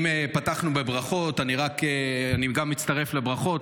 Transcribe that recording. אם פתחנו בברכות גם אני מצטרף לברכות,